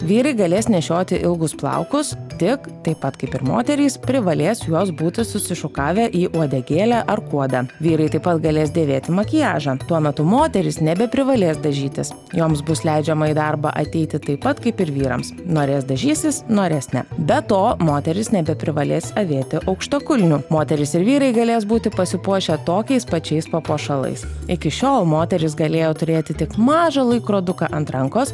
vyrai galės nešioti ilgus plaukus tik taip pat kaip ir moterys privalės juos būti susišukavę į uodegėlę ar kuodą vyrai taip pat galės dėvėti makiažą tuo metu moterys nebeprivalės dažytis joms bus leidžiama į darbą ateiti taip pat kaip ir vyrams norės dažytis norės ne be to moterys nebeprivalės avėti aukštakulnių moterys ir vyrai galės būti pasipuošę tokiais pačiais papuošalais iki šiol moteris galėjo turėti tik mažą laikroduką ant rankos